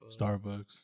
Starbucks